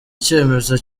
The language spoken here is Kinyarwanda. icyemezo